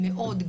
מאוד,